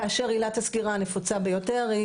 כאשר עילת הסגירה הנפוצה ביותר היא,